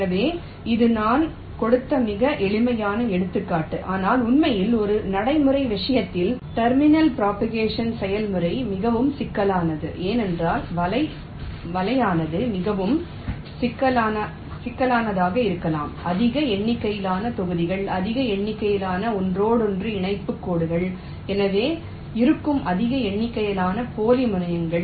எனவே இது நான் கொடுத்த மிக எளிமையான எடுத்துக்காட்டு ஆனால் உண்மையில் ஒரு நடைமுறை விஷயத்தில் முனையப் பரப்புதல் செயல்முறை மிகவும் சிக்கலானது ஏனென்றால் வலை மிகவும் சிக்கலானதாக இருக்கலாம் அதிக எண்ணிக்கையிலான தொகுதிகள் அதிக எண்ணிக்கையிலான ஒன்றோடொன்று இணைப்பு கோடுகள் எனவே இருக்கும் அதிக எண்ணிக்கையிலான போலி முனையங்கள்